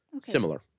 similar